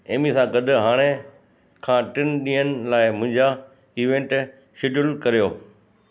Amy सां गॾु हाणे खां टिनि ॾींहंनि लाइ मुंहिंजा इवेंट शेड्यूल करियो